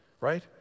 right